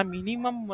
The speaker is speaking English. Minimum